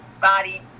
body